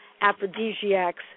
aphrodisiacs